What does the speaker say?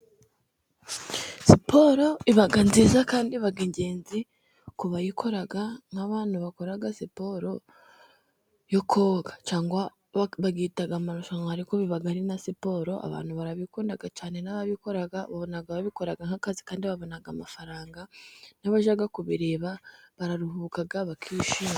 Siporo iba nziza kandi iba ingenzi ku bayikora. Abantu bakora siporo yo koga bayita amarushanwa ariko biba ari na siporo. Abantu barabikunda cyane n'ababikora babona akazi kandi babona amafaranga n'abajya kubireba bararuhuka bakishima.